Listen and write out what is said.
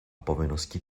povinnosti